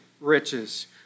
riches